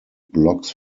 blocks